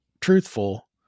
truthful